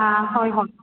ꯑꯥ ꯍꯣꯏ ꯍꯣꯏ